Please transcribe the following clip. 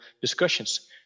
discussions